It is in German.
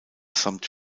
samt